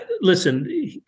listen